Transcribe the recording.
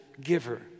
giver